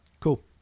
Cool